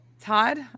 Todd